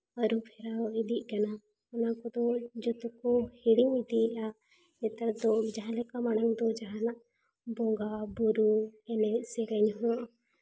ᱟᱹᱨᱩ ᱯᱷᱮᱨᱟᱣ ᱤᱫᱤᱜ ᱠᱟᱱᱟ ᱚᱱᱟ ᱠᱚᱫᱚ ᱡᱚᱛᱚ ᱠᱚ ᱦᱤᱲᱤᱧ ᱤᱫᱤᱭᱮᱫᱼᱟ ᱱᱮᱛᱟᱨ ᱫᱚ ᱡᱟᱦᱟᱸ ᱞᱮᱠᱟ ᱢᱟᱲᱟᱝ ᱫᱚ ᱢᱟᱲᱟᱝ ᱟᱜ ᱵᱚᱸᱜᱟᱼᱵᱳᱨᱳ ᱮᱱᱮᱡ ᱥᱮᱨᱮᱧ ᱦᱚᱸ